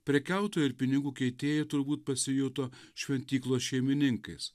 prekiautojų ir pinigų keitėjai turbūt pasijuto šventyklos šeimininkais